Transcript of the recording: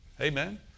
Amen